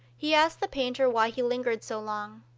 he asked the painter why he lingered so long.